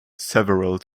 several